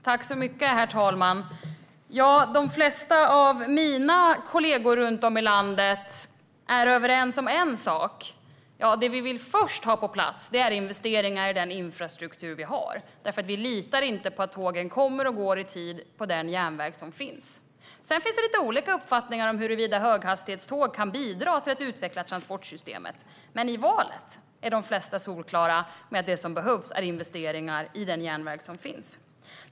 Herr talman! De flesta av mina kollegor runt om i landet är överens om att det vi först vill ha är investeringar i den infrastruktur vi har. Vi litar inte på att tågen kommer och går i tid på den järnväg som finns. Sedan finns det lite olika uppfattningar om huruvida höghastighetståg kan bidra till att utveckla transportsystemet. I valet är de flesta solklara med att det som behövs är investeringar i den järnväg som finns.